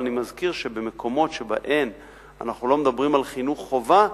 אבל אני מזכיר שבמקומות שבהם אנחנו לא מדברים על חינוך חובה,